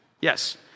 Yes